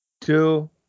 two